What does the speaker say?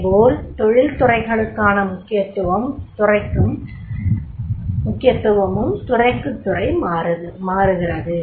இதேபோல் தொழில்துறைகளுக்கான முக்கியத்துவமும் துறைக்குத் துறை மாறுகிறது